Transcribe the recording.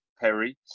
Perry